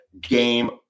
game